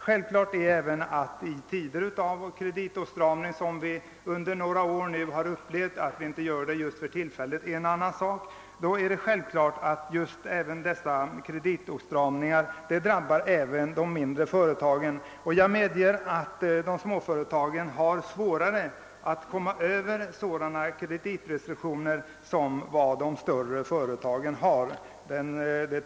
Självklart är att i tider av kreditåtstramning — vi har upplevt sådana under några år, även om vi inte gör det just för tillfället — denna drabbar även de mindre företagen. Jag medger att småföretagen har svårare att komma över sådana kreditrestriktioner än de större företagen.